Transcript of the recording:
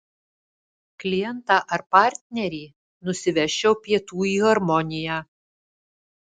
klientą ar partnerį nusivesčiau pietų į harmoniją